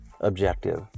objective